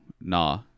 nah